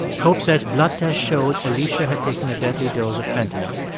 hope says blood tests showed alicia had taken a deadly dose of fentanyl.